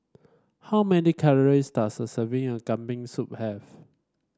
how many calories does a serving of Kambing Soup have